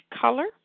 color